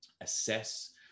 assess